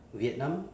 vietnam